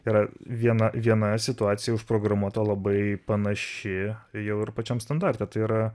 yra viena viena situacija užprogramuota labai panaši jau ir pačiam standarte tai yra